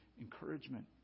encouragement